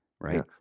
right